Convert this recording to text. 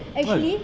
what